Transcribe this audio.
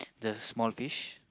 the small fish